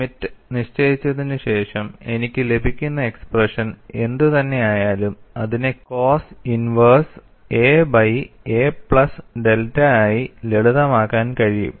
limit നിശ്ചയിച്ചതിനുശേഷം എനിക്ക് ലഭിക്കുന്ന എക്സ്പ്രെഷൻ എന്തുതന്നെയായാലും അതിനെ cos inverse a by a plus delta ആയി ലളിതമാക്കാൻ കഴിയും